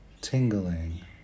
tingling